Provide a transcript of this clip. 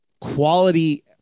quality